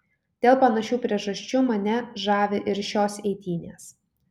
dėl panašių priežasčių mane žavi ir šios eitynės